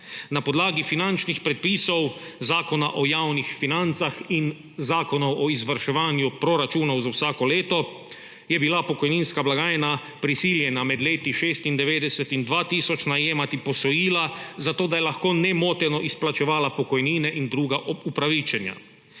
Na podlagi finančnih predpisov Zakona o javnih financah in zakona o izvrševanju proračunov za vsako leto je bila pokojninska blagajna prisiljena med letoma 1996 in 2000 najemati posojila, zato da je lahko nemoteno izplačevala pokojnine in druga upravičenja.